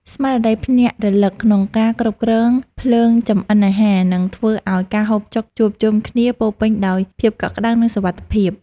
ស្មារតីភ្ញាក់រលឹកក្នុងការគ្រប់គ្រងភ្លើងចម្អិនអាហារនឹងធ្វើឱ្យការហូបចុកជួបជុំគ្នាពោរពេញដោយភាពកក់ក្តៅ និងសុវត្ថិភាព។